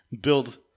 build